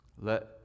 let